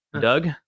Doug